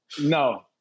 no